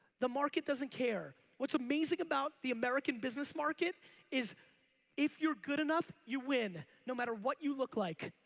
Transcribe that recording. the market doesn't care what's amazing about the american business market is if you're good enough you win no matter what you look like.